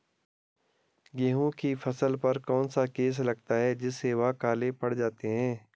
गेहूँ की फसल पर कौन सा केस लगता है जिससे वह काले पड़ जाते हैं?